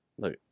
look